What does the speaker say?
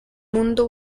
mundo